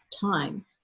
time